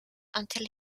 until